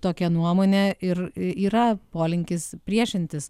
tokia nuomonė ir yra polinkis priešintis